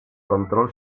control